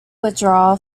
withdrawal